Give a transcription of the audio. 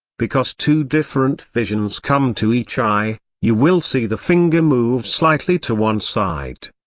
because two different visions come to each eye, you will see the finger move slightly to one side.